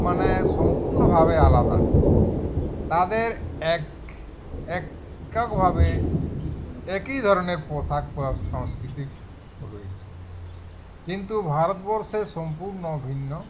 মানে সম্পূর্ণভাবে আলাদা তাদের এক এক্কাভাবে একই ধরনের পোশাক পরার সাংস্কৃতিক রয়েছে কিন্তু ভারতবর্ষের সম্পূর্ণ ভিন্ন